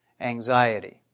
anxiety